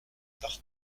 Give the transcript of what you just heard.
par